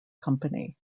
company